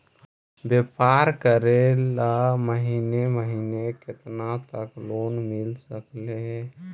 व्यापार करेल महिने महिने केतना तक लोन मिल सकले हे?